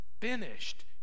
finished